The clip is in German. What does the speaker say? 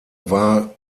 war